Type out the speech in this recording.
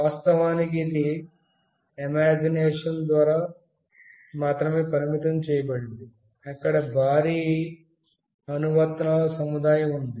వాస్తవానికి ఇది ఊహించడానికి మాత్రమే పరిమితం చేయబడింది అక్కడ భారీ అనువర్తనాల సముదాయం ఉంది